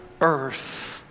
earth